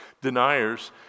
deniers